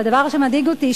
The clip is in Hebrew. והדבר שמדאיג אותי,